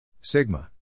Sigma